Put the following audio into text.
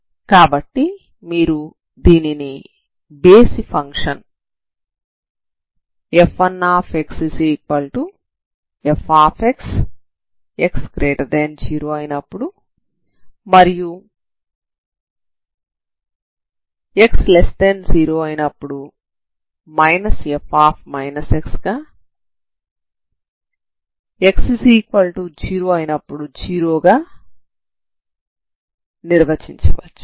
కాబట్టి మీరు దీనిని బేసి function f1xfx x0 0 x0 f x x0 గా విస్తరించవచ్చు